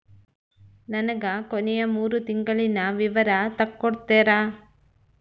ನನಗ ಕೊನೆಯ ಮೂರು ತಿಂಗಳಿನ ವಿವರ ತಕ್ಕೊಡ್ತೇರಾ?